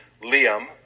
Liam